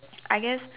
I guess